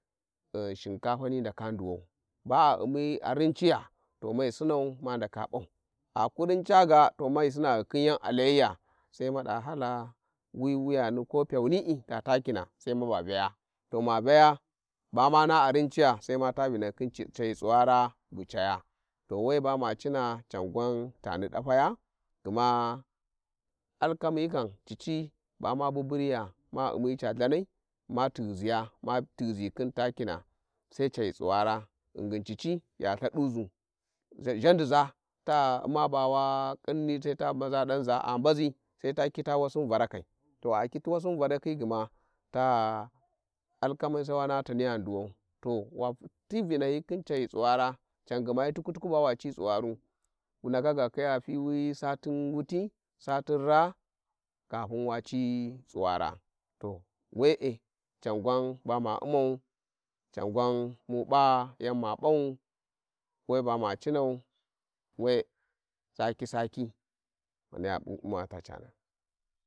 Shinkatani ndala nduway ba u`mi-a rigaya to mai sinau ma ndaka p'au aku tinca ga to mai sinau ghi-khm yan a layiza sai mada hala wi wuyani ko pyquni'i ta takına sai ma ta vinahyi to mayjaya ba ma na a rincija, sai ma ta vinahy, chiri ca cahyi tsuwara bu caya to we bama cina can gwantani dalaya gma allkami kam cici bama bubunys ma u'mi ca thanai ma tighiziya mafighizi khin taking, sai ghyi tsuwars ghingin cici ya Ithaduzu, zh- zhandiza ta uima ba wa khinni sai ta mbaza danza a mbazi sai ta kita wasın varakai to a leiti wasin varakhi gma ta gha, alkami sai naha caniya nduway, to wa, ti vinahyı khin cahyi tsuwara can gma hi tulkwu tukwu ba wa ci tsuwaru wundaka ga khiya fiwi satin wuti, Satin ra'a katin wa citsuwara, to were can gusan bama u' mau, can gwan mu p'ayan ma p'au we bama cinau, we saki saki maniya, pu-u`ma ta chana.